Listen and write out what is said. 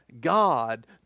God